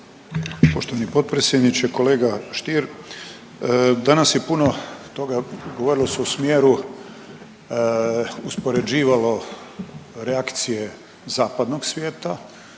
Poštovani potpredsjedniče. Kolega Stier, danas je puno toga, govorilo se u smjeru, uspoređivalo reakcije zapadnog svijeta